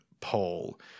poll